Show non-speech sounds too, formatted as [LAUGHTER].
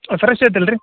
[UNINTELLIGIBLE] ಐತಲ್ರಿ